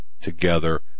together